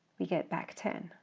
we get back ten,